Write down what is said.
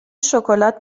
شکلات